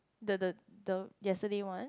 the the the yesterday one